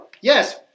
yes